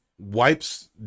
wipes